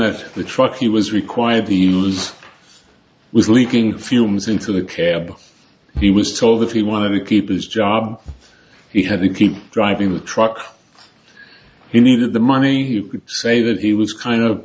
that the truck he was required the use was leaking fumes into the care but he was told that he wanted to keep his job he had to keep driving the truck he needed the money he could say that he was kind of